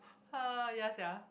!ha! ya sia